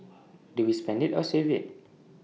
do we spend IT or save IT